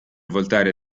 voltare